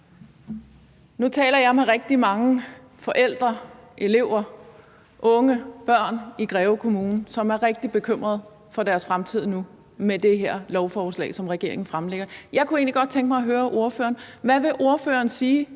Nu taler jeg med rigtig mange forældre, elever, unge og børn i Greve Kommune, som er rigtig bekymret for deres fremtid nu med det her lovforslag, som regeringen fremsætter. Jeg kunne egentlig godt tænke mig at høre ordføreren: Hvad vil ordføreren sige